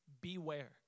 beware